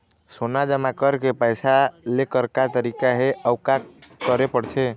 सोना जमा करके पैसा लेकर का तरीका हे अउ का करे पड़थे?